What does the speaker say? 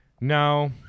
No